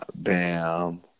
Bam